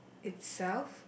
itself